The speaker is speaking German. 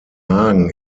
hagen